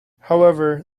however